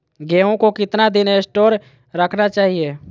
गेंहू को कितना दिन स्टोक रखना चाइए?